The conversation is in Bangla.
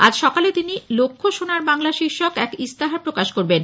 আজ সকালে তিনি লক্ষ্য সোনার বাংলা শীর্ষক এক ইস্তাহার প্রকাশ করবেন